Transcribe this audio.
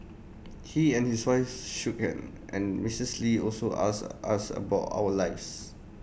he and his wife and Mrs lee also asked us about our lives